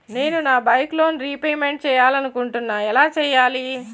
నేను నా bike loan repayment చేయాలనుకుంటున్నా ఎలా చేయాలి?